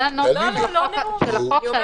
תגידי מה הבעיה.